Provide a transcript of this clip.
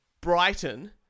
Brighton